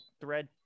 thread